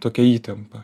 tokia įtampa